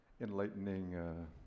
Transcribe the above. enlightening